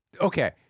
okay